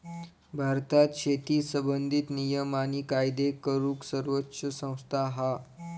भारतात शेती संबंधित नियम आणि कायदे करूक सर्वोच्च संस्था हा